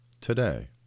today